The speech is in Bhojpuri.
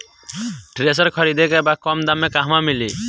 थ्रेसर खरीदे के बा कम दाम में कहवा मिली?